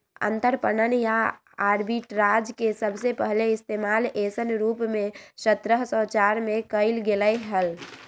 अंतरपणन या आर्बिट्राज के सबसे पहले इश्तेमाल ऐसन रूप में सत्रह सौ चार में कइल गैले हल